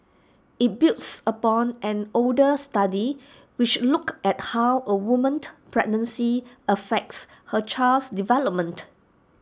IT builds upon an older study which looked at how A woman pregnancy affects her child's development